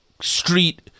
street